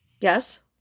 Yes